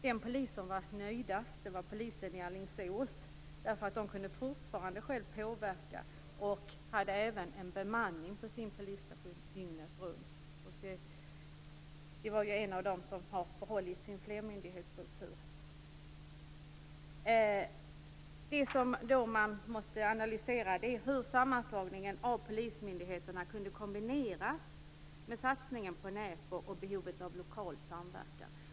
Den polis som var nöjdast var polisen i Alingsås. Där kunde man fortfarande själv påverka, och det fanns även bemanning på polisstationen dygnet runt. Alingsåspolisen är en av de poliser som har behållit sin flermyndighetsstruktur. Det man måste analysera är hur sammanslagningen av polismyndigheterna kan kombineras med satsningen på Näpo och behovet av lokal samverkan.